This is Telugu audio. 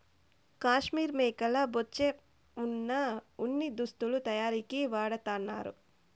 కాశ్మీర్ మేకల బొచ్చే వున ఉన్ని దుస్తులు తయారీకి వాడతన్నారు